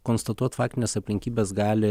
konstatuot faktines aplinkybes gali